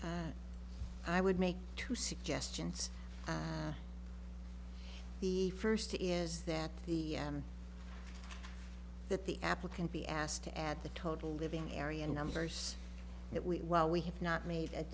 i would make two suggestions the first is that the that the applicant be asked to add the total living area numbers that we well we have not made at